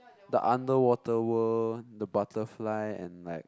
the underwater world the butterfly and like